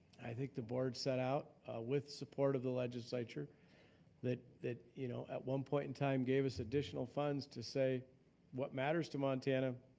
i think the board set out with support of the legislature that that you know at one point in time, gave us additional funds to say what matters to montana,